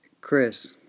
Chris